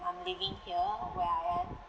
I'm living here where I am